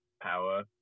Power